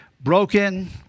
broken